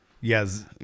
yes